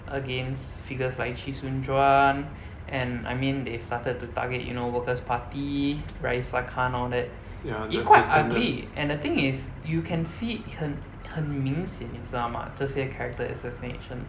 against figures like chee soon juan and I mean they started to target you know workers' party raeesah khan all that it's quite ugly and the thing is you can see 很很明显你知道吗这些 character assassination